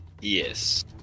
Yes